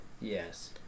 Yes